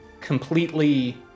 completely